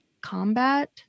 combat